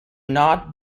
not